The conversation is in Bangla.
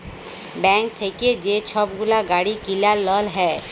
ব্যাংক থ্যাইকে যে ছব গুলা গাড়ি কিলার লল হ্যয়